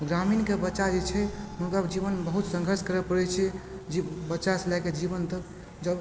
ग्रामीणके बच्चा जे छै हुनका जीवनमे बहुत संघर्ष करऽ परैत छै जे बच्चासँ लयके जीवन तक जब